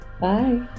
Bye